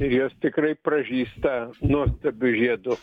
ir jos tikrai pražysta nuostabiu žiedu